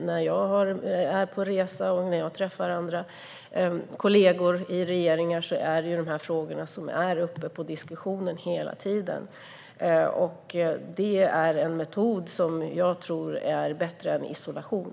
När jag är på resa och träffar andra kolleger i regeringar är det dessa frågor som är uppe till diskussion hela tiden. Det är en metod som jag tror är bättre än isolation.